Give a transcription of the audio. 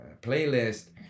playlist